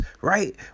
Right